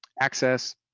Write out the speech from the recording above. access